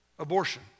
Abortion